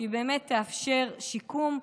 והיא באמת תאפשר שיקום,